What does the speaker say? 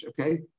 Okay